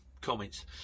comments